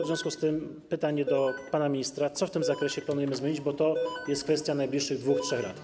W związku z tym pytanie do pana ministra, co w tym zakresie planujemy zmienić, bo to jest kwestia najbliższych 2-3 lat.